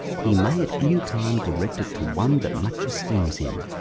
he may at any time direct it to one that much esteems him,